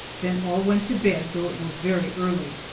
then all went to bed, though it was very early.